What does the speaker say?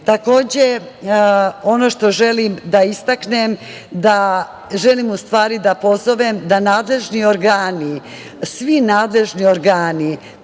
ono što želim da istaknem, želim u stvari da pozovem da nadležni organi, svi nadležni organi